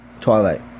Twilight